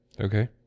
Okay